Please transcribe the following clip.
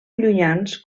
llunyans